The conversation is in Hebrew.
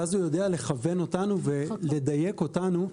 ואז הוא יודע לכוון אותנו ולדייק אותנו,